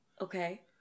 okay